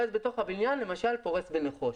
ובתוך הבניין למשל פורס עם נחושת,